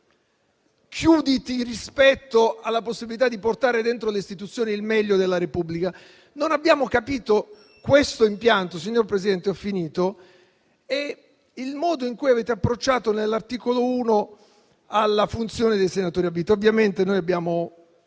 chiuditi rispetto alla possibilità di portare dentro le istituzioni il meglio della Repubblica? Non abbiamo capito questo impianto - signor Presidente, ho finito - e il modo in cui avete approcciato nell'articolo 1 alla funzione dei senatori a vita. Noi abbiamo